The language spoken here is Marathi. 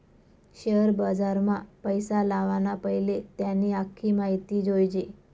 शेअर बजारमा पैसा लावाना पैले त्यानी आख्खी माहिती जोयजे